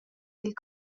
dil